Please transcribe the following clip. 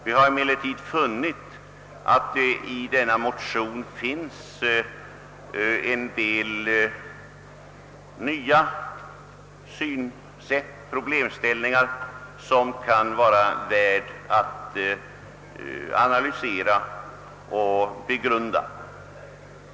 Vi har emellertid också funnit att denna motion innehåller en del nya problemställningar vilka det kan vara av värde att analysera och begrunda.